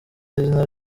izina